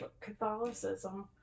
Catholicism